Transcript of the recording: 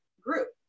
group